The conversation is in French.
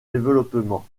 développement